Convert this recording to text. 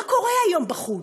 מה קורה היום בחוץ?